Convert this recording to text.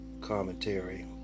commentary